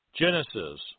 Genesis